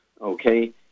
okay